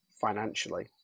financially